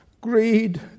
greed